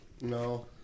no